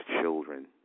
children